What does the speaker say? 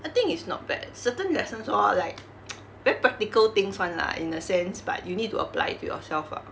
the thing is not bad certain lessons all are like very practical things [one] lah in a sense but you need to apply it to yourself ah